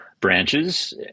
branches